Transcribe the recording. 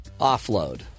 offload